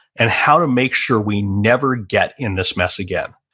and how to make sure we never get in this mess again.